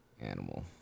animal